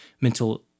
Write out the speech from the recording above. Mental